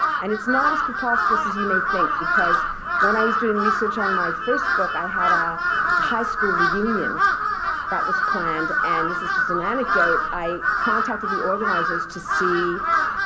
and it's not as preposterous as you may think because when i was doing research on my first book, i had a high school reunion that was planned. and this is just an anecdote. i contacted the organizers to see